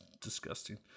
disgusting